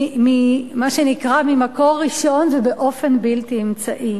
מה שנקרא, "ממקור ראשון ובאופן בלתי אמצעי".